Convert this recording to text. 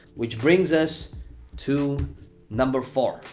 which brings us to number four,